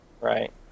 Right